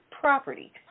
property